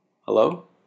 Hello